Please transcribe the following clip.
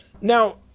Now